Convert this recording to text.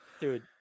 Dude